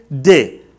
day